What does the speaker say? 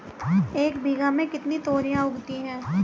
एक बीघा में कितनी तोरियां उगती हैं?